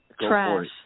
Trash